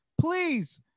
please